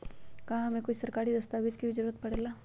का हमे कोई सरकारी दस्तावेज के भी जरूरत परे ला?